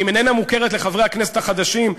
אם איננה מוכרת לחברי הכנסת החדשים,